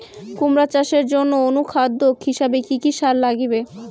কুমড়া চাষের জইন্যে অনুখাদ্য হিসাবে কি কি সার লাগিবে?